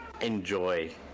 enjoy